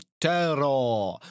terror